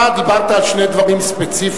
אתה דיברת על שני דברים ספציפיים,